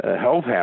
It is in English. health